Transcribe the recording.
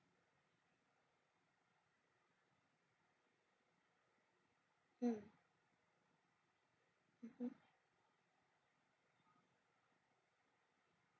mm